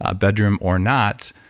ah bedroom or not.